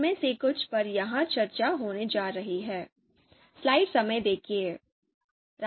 उनमें से कुछ पर यहां चर्चा होने जा रही है